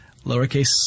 lowercase